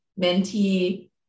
mentee